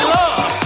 love